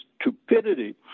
stupidity